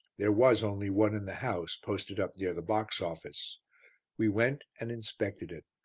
there was only one in the house, posted up near the box-office we went and inspected it